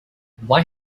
why